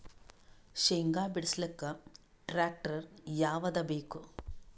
ಶೇಂಗಾ ಬಿಡಸಲಕ್ಕ ಟ್ಟ್ರ್ಯಾಕ್ಟರ್ ಯಾವದ ಬೇಕು?